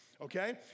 okay